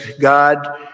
God